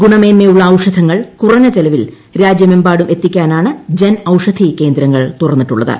ഗുണമേൻമയുള്ള ഔഷധങ്ങൾ കുറഞ്ഞ ചെലവിൽ രാജ്യമെമ്പാടും എത്തിക്കാനാണ് ജൻ ഔഷധി കേന്ദ്രങ്ങൾ തുറന്നിട്ടുള്ളത്